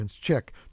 check